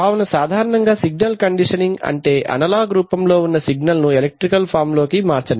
కావున సాధారణముగా signal conditioning అంటే అనలాగ్ రూపం లో ఉన్న సిగ్నల్ ను ఎలక్ట్రికల్ ఫామ్ లోకి మార్చడం